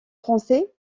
français